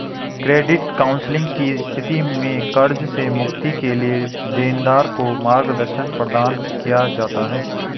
credit counselling की स्थिति में कर्ज से मुक्ति के लिए देनदार को मार्गदर्शन प्रदान किया जाता है